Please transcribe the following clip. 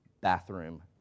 bathroom